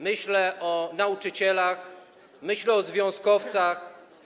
Myślę o nauczycielach, myślę o związkowcach.